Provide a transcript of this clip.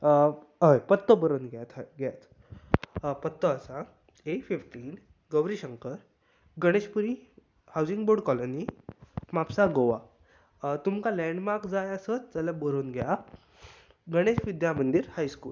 हय परतो बरोवन घेत पत्तो आसा A fifteen Gauri Shankar Ganeshpuri housing board colony Mapusa Goa तुमकां लेंडमार्क जाय आसत जाल्यार बरोवन घे आं गणेश विद्या मंदीर हायस्कूल